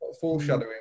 Foreshadowing